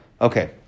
okay